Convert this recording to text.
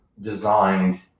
designed